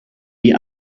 die